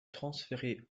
transférée